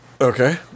okay